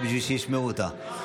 בשביל שישמעו אותה.